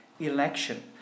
election